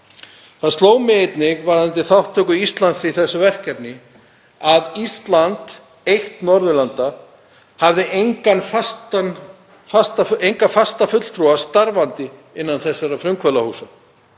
Það sló mig einnig, varðandi þátttöku Íslands í þessu verkefni, að Ísland eitt Norðurlanda hafði enga fasta fulltrúa starfandi innan þessara frumkvöðlahúsa.